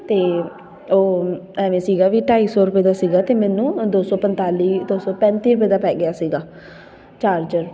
ਅਤੇ ਉਹ ਐਵੇਂ ਸੀਗਾ ਵੀ ਢਾਈ ਸੌ ਰੁਪਏ ਦਾ ਸੀਗਾ ਅਤੇ ਮੈਨੂੰ ਦੋ ਸੌ ਪੰਨਤਾਲੀ ਦੋ ਸੌ ਪੈਂਤੀ ਰੁਪਏ ਦਾ ਪੈ ਗਿਆ ਸੀਗਾ ਚਾਰਜਰ